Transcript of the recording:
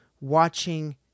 watching